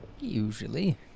Usually